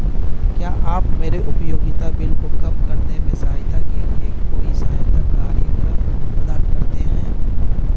क्या आप मेरे उपयोगिता बिल को कम करने में सहायता के लिए कोई सहायता कार्यक्रम प्रदान करते हैं?